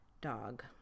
dog